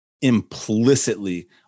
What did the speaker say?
implicitly